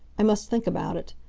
i must think about it.